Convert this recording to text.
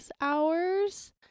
hours